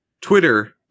Twitter